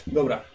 Dobra